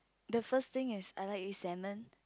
the first thing is I like to eat salmon